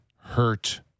hurt